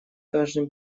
каждым